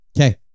Okay